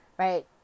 Right